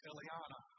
Eliana